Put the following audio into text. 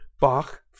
Bach